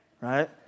right